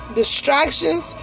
distractions